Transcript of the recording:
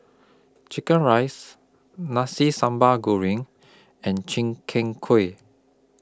Chicken Rice Nasi Sambal Goreng and Chim Keen Kuih